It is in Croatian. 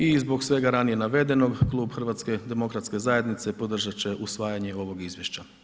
I zbog svega ranije navedenog, klub HDZ-a podržat će usvajanje ovog izvješća.